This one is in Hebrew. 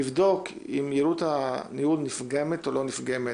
נבדוק אם יעילות הניהול נפגמת או לא נפגמת.